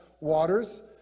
waters